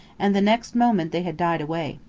and the next moment they had died away.